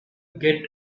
get